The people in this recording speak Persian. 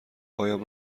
هایم